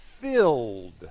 Filled